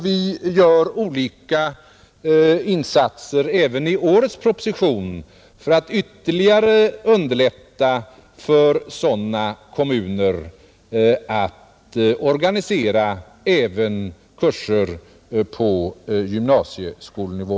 Vi gör också olika insatser i årets proposition för att ytterligare underlätta för sådana kommuner att organisera kurser även på gymnasieskolenivå.